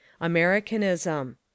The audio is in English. Americanism